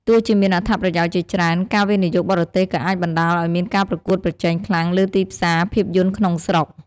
ទោះជាមានអត្ថប្រយោជន៍ជាច្រើន ការវិនិយោគបរទេសក៏អាចបណ្តាលឱ្យមានការប្រកួតប្រជែងខ្លាំងលើទីផ្សារភាពយន្តក្នុងស្រុក។